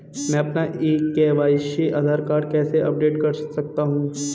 मैं अपना e KYC Aadhaar card कैसे अपडेट कर सकता हूँ?